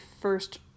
first